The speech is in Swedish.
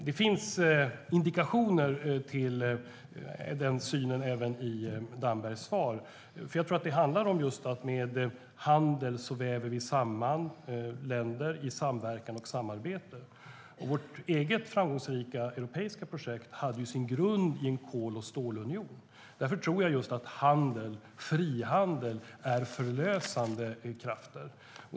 Det finns indikationer på den synen även i Dambergs svar, för jag tror att det handlar om att vi just med handel väver samman länder i samverkan och samarbete. Vårt eget framgångsrika europeiska projekt hade ju sin grund i en kol och stålunion, och därför tror jag att just handel och frihandel är förlösande krafter.